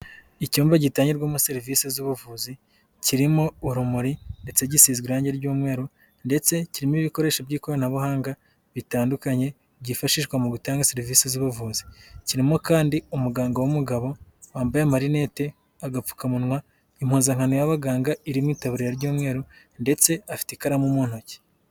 Icyumba gitangirwamo serivisi z'ubuvuzi, kirimo urumuri ndetse gisizwe irangi ry'umweru ndetse kirimo ibikoresho by'ikoranabuhanga bitandukanye, byifashishwa mu gutanga serivisi z'ubuvuzi. Kirimo kandi umuganga w'umugabo, wambaye amarinete, agapfukamunwa, impuzankano y'ababaganga iri mu itabira ry 'ubumweru ndetse afite ikaramu mu ntoki.